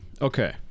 Okay